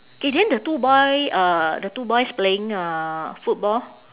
K then the two boy uh the two boys playing uh football